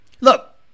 Look